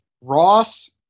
Ross